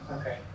Okay